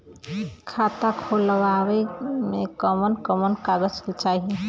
खाता खोलवावे में कवन कवन कागज चाही?